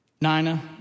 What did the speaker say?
Nina